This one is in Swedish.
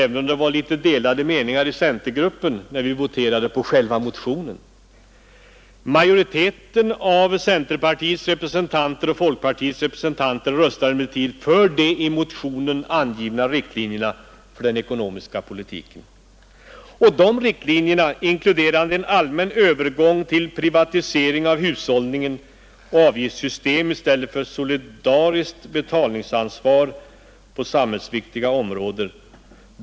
Även om det var litet delade meningar inom centergruppen när vi voterade om själva motionen, röstade emellertid folkpartiets och majoriteten av centerpartiets representanter för de i motionen angivna riktlinjerna för den ekonomiska politiken. De riktlinjerna inkluderar en allmän övergång till privatisering av hushållningen och avgiftssystem i stället för solidariskt betalningsansvar på samhällsviktiga områden.